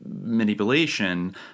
manipulation